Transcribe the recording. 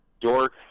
Dork